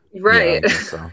Right